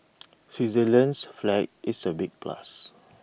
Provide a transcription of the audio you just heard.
Switzerland's flag is A big plus